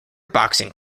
boxing